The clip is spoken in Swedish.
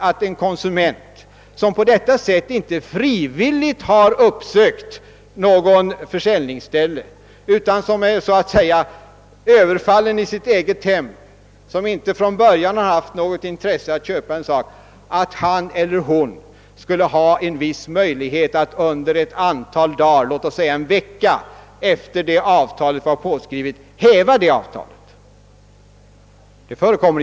Men en konsument som på detta sätt inte frivilligt har uppsökt något försäljningsställe utan som är så att säga överfallen i sitt eget hem och som inte från början har haft något intresse av att köpa en sak, borde äga möjlighet under ett antal dagar, låt oss säga en vecka efter det att avtalet blivit undertecknat, att häva detsamma.